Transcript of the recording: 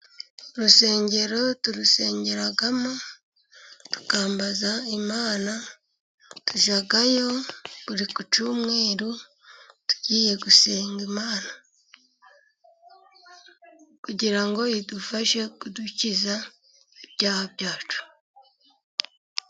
Urusengero turusengeramo tukambaza Imana, tujyayo buri ku cyumweru tugiye gusenga Imana kugira ngo idufashe kudukiza ibyaha byacu.